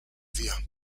día